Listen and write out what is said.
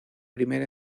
primer